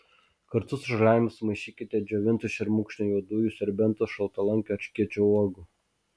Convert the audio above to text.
kartu su žolelėmis sumaišykite džiovintų šermukšnio juodųjų serbentų šaltalankio erškėčio uogų